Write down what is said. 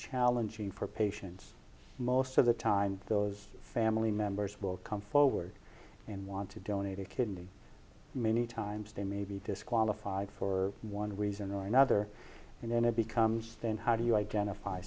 challenging for patients most of the time those family members will come forward and want to donate a kidney many times they may be disqualified for one reason or another and then it becomes then how do you identify